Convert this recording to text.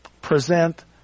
present